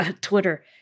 Twitter